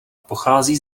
pochází